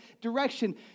direction